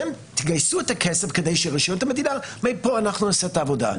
אתם תגייסו את הכסף כדי שמפה רשויות המדינה יעשו את העבודה.